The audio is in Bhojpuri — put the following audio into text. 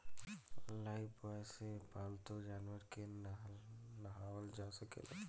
लाइफब्वाय से पाल्तू जानवर के नेहावल जा सकेला